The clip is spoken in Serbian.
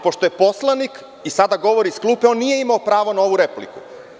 Pošto je poslanik i sada govori iz klupe, nije imao pravo na ovu repliku.